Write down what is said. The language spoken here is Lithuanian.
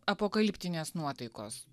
apokaliptinės nuotaikos